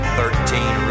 thirteen